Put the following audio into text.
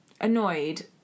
annoyed